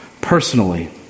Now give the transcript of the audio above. personally